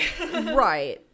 Right